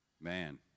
Man